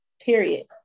period